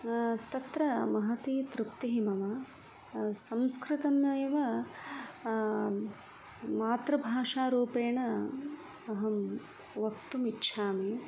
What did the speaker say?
तत्र महती तृप्तिः मम संस्कृतमेव मातृभाषारूपेण अहं वक्तुमिच्छामि